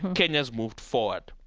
kenya's moved forward.